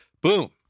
Boom